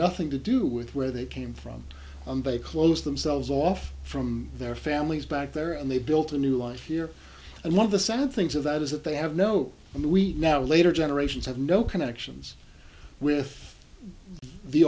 nothing to do with where they came from they closed themselves off from their families back there and they built a new life here and one of the sad things of that is that they have no we now later generations have no connections with the